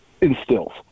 instills